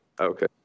Okay